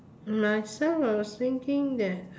myself I was thinking that